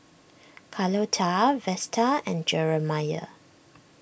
Carlotta Vesta and Jeremiah